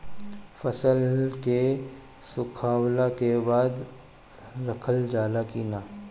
फसल के सुखावला के बाद रखल जाला कि न?